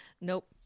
Nope